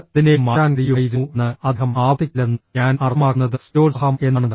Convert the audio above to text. അത് അതിനെ മാറ്റാൻ കഴിയുമായിരുന്നുവെന്ന് അദ്ദേഹം ആവർത്തിക്കില്ലെന്ന് ഞാൻ അർത്ഥമാക്കുന്നത് സ്ഥിരോത്സാഹം എന്നാണ്